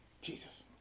Jesus